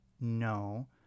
no